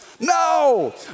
No